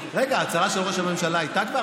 רגע, ההצהרה של ראש הממשלה הייתה כבר?